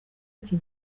iki